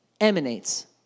emanates